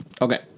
Okay